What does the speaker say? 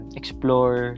explore